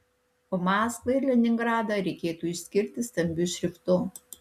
o maskvą ir leningradą reikėtų išskirti stambiu šriftu